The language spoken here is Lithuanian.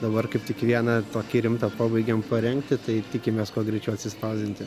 dabar kaip tik vieną tokį rimtą pabaigėm parengti tai tikimės kuo greičiau atsispausdinti